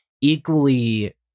equally